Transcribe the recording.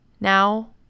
Now